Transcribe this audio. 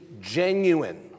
genuine